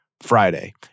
Friday